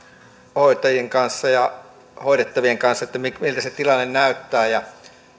hoitajien kanssa ja hoidettavien kanssa miltä se tilanne näyttää